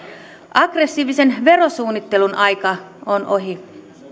aggressiivisen verosuunnittelun aika on ohi